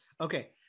Okay